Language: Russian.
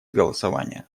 голосования